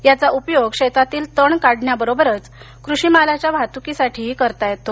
याचा उपयोग शेतातील तण काढण्याबरोबरच कृषी मालाच्या वाहतूकीसाठीही करता येतो